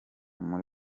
muri